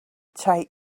take